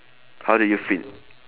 how do you feel